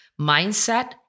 mindset